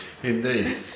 Indeed